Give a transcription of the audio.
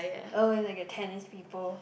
oh it's like a tennis people